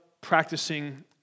practicing